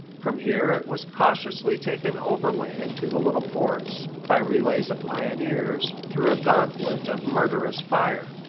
from here it was cautiously taken overland to the little forts, by relays of pioneers, through a gauntlet of murderous fire.